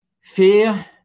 fear